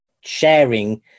sharing